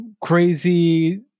crazy